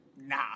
Nah